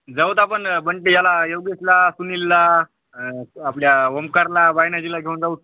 जाऊ तर आपण बंटी याला योगेशला सुनीलला आपल्या ओमकारला वायनाजीला घेऊन जाऊ